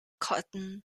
cotton